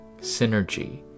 Synergy